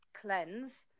cleanse